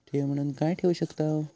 ठेव म्हणून काय ठेवू शकताव?